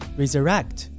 resurrect